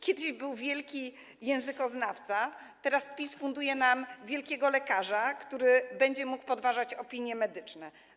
Kiedyś był wielki językoznawca, teraz PiS funduje nam wielkiego lekarza, który będzie mógł podważać opinie medyczne.